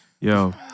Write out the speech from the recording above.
Yo